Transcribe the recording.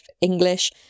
English